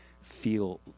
feel